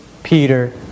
Peter